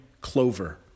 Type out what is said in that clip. clover